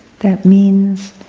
that means